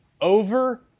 over